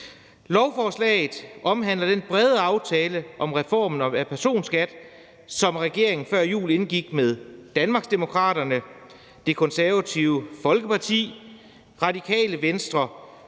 Lovforslaget omhandler den brede aftale om reformen af personskat, som regeringen før jul indgik med Danmarksdemokraterne, Det Konservative Folkeparti og Radikale Venstre,